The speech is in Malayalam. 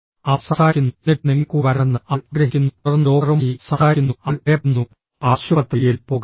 അവർ സംസാരിക്കുന്നു എന്നിട്ട് നിങ്ങൾ കൂടെ വരണമെന്ന് അവൾ ആഗ്രഹിക്കുന്നു തുടർന്ന് ഡോക്ടറുമായി സംസാരിക്കുന്നു അവൾ ഭയപ്പെടുന്നു ആശുപത്രിയിൽ പോകാൻ